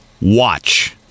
Watch